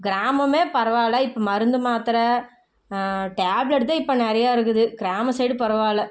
கிராமமே பரவாயில்ல இப்போ மருந்து மாத்திரை டேப்லெட்டு தான் இப்போ நிறையா இருக்குது கிராம சைடு பரவாயில்ல